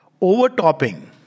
Overtopping